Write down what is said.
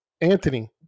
Anthony